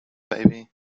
baby